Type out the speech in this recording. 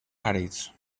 àrids